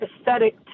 aesthetic